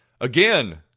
again